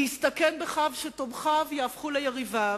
להסתכן בכך שתומכיו יהפכו ליריביו,